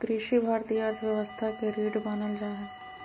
कृषि भारतीय अर्थव्यवस्था के रीढ़ मानल जा हइ